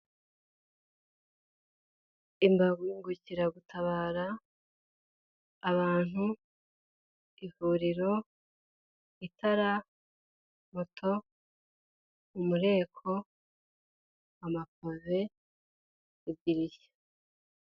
Imbangugukiragutabara, abantu, ivuriro, itara, moto, umureko, amapave, idirishya.